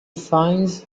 finds